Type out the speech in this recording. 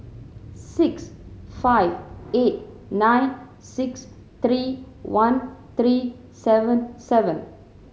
six five eight nine six three one three seven seven